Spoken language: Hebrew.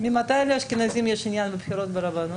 ממתי לאשכנזים יש עניין בבחירות לרבנות?